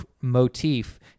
motif